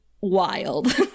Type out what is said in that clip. wild